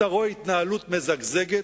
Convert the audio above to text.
אתה רואה התנהלות מזגזגת,